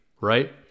right